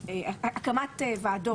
לא.